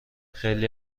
خیلی